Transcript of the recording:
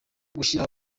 gushyira